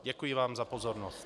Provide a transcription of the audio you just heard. Děkuji vám za pozornost.